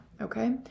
Okay